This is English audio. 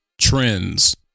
trends